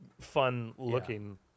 fun-looking